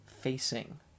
facing